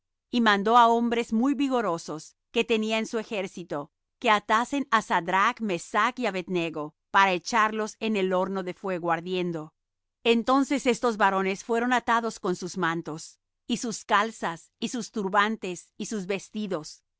y mandó á hombres muy vigorosos que tenía en su ejército que atasen á sadrach mesach y abed nego para echarlos en el horno de fuego ardiendo entonces estos varones fueron atados con sus mantos y sus calzas y sus turbantes y sus vestidos